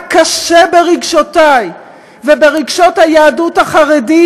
קשה ברגשותיי וברגשות היהדות החרדית,